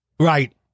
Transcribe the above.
Right